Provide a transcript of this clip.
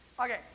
Okay